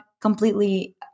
completely